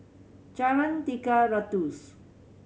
Jalan Tiga Ratus